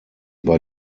bei